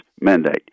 mandate